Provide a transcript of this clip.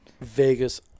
Vegas